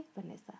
Vanessa